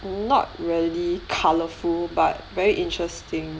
not really colourful but very interesting